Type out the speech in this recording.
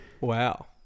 Wow